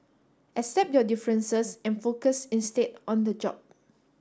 accept your differences and focus instead on the job